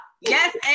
yes